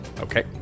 Okay